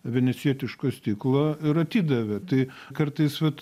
venecijietiško stiklo ir atidavė tai kartais vat